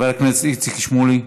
חבר הכנסת איציק שמולי,